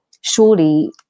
surely